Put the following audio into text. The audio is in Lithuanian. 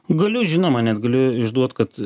galiu žinoma net galiu išduot kad